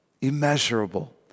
immeasurable